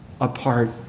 apart